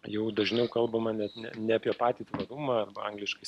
jau dažniau kalbama net ne ne apie patį tvarumą arba angliškai